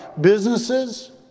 businesses